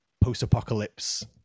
post-apocalypse